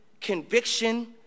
conviction